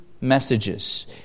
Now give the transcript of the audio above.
messages